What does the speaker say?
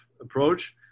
approach